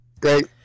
Great